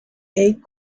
est